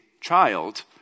child